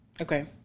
Okay